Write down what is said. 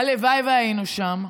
הלוואי שהיינו שם.